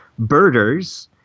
birders